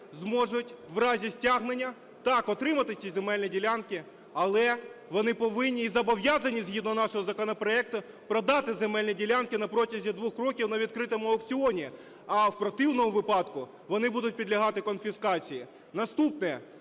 зможуть в разі стягнення, так, отримати ті земельні ділянки, але вони повинні і зобов'язані згідно нашого законопроекту продати земельні ділянки на протязі 2 років на відкритому аукціоні. А в противному випадку вони будуть підлягати конфіскації. Наступне.